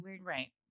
Right